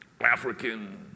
African